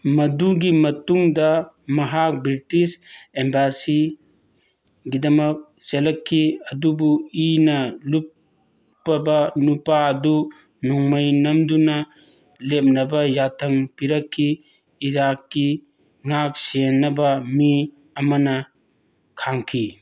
ꯃꯗꯨꯒꯤ ꯃꯇꯨꯡꯗ ꯃꯍꯥꯛ ꯕ꯭ꯔꯤꯇꯤꯁ ꯑꯦꯝꯕꯁꯤꯒꯤꯗꯃꯛ ꯆꯦꯜꯂꯛꯈꯤ ꯑꯗꯨꯕꯨ ꯏꯅ ꯂꯨꯞꯄꯕ ꯅꯨꯄꯥꯗꯨ ꯅꯣꯡꯃꯩ ꯅꯝꯗꯨꯅ ꯂꯦꯞꯅꯕ ꯌꯥꯊꯪ ꯄꯤꯔꯛꯈꯤ ꯏꯔꯥꯛꯀꯤ ꯉꯥꯛ ꯁꯦꯟꯅꯕ ꯃꯤ ꯑꯃꯅ ꯈꯥꯝꯈꯤ